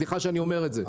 סליחה שאני אומר את זה.